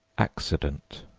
accident,